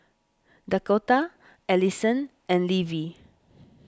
Dakotah Alyson and Levie